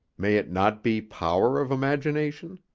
may it not be power of imagination?